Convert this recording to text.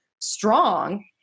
strong